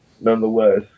nonetheless